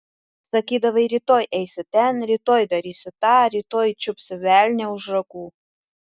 sakydavai rytoj eisiu ten rytoj darysiu tą rytoj čiupsiu velnią už ragų